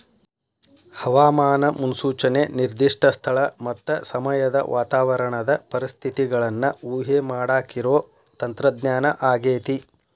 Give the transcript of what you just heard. ಹವಾಮಾನ ಮುನ್ಸೂಚನೆ ನಿರ್ದಿಷ್ಟ ಸ್ಥಳ ಮತ್ತ ಸಮಯದ ವಾತಾವರಣದ ಪರಿಸ್ಥಿತಿಗಳನ್ನ ಊಹೆಮಾಡಾಕಿರೋ ತಂತ್ರಜ್ಞಾನ ಆಗೇತಿ